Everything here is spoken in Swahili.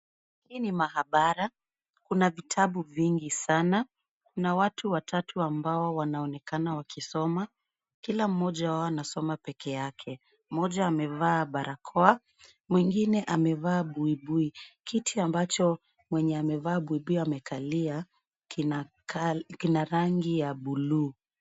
Hii ni maabara, kuna vitabu vingi sana. Kuna watu watatu ambao wanaonekana wakisoma. Kila mmoja wao anasoma peke yake. Mmoja amevaa barakoa, mwingine amevaa buibui. Kiti ambacho mwenye amevaa buibui amekalia kina rangi ya bluu.